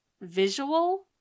visual